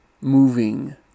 moving